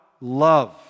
love